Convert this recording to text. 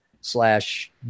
slash